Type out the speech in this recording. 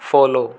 follow